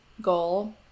goal